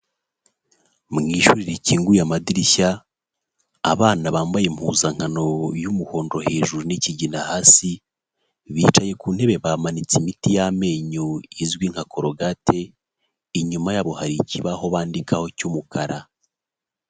Mu ishuri rikinguye amadirishya, abana bambaye impuzankano y'umuhondo hejuru n'ikigina hasi, bicaye ku ntebe bamanitse imiti y'amenyo izwi nka korogate, inyuma yabo hari ikibaho bandikaho cy'umukara.